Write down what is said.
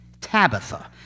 Tabitha